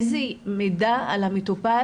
איזה מידע את מקבלת על המטופל?